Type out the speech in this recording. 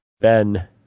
Ben